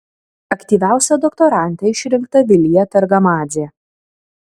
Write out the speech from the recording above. aktyviausia doktorante išrinkta vilija targamadzė